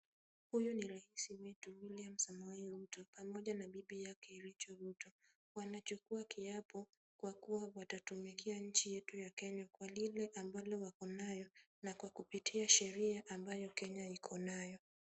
Huyu ni rais wetu, William Samoi Ruto, pamoja na bibi yake, Richard Samoi Ruto. Wanachukua kiapo kwa kuwa watatumikia nchi yetu ya Kenya kwa lile ambalo wako nayo, na kwa kupitia sheria ambayo Kenya iko nayo.